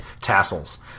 tassels